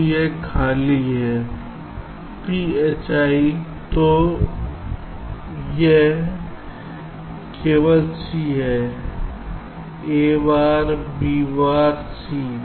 तो यह खाली है phi तो यह केवल c है a बार b बार c